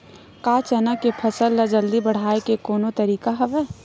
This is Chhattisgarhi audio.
का चना के फसल ल जल्दी बढ़ाये के कोनो तरीका हवय?